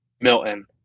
Milton